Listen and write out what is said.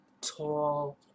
tall